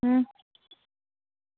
अं